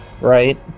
right